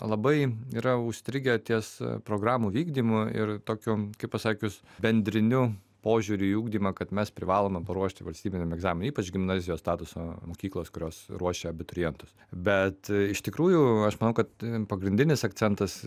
labai yra užstrigę ties programų vykdymu ir tokiu kaip pasakius bendriniu požiūriu į ugdymą kad mes privalome paruošti valstybiniam egzaminui ypač gimnazijos statuso mokyklos kurios ruošia abiturientus bet iš tikrųjų aš manau kad pagrindinis akcentas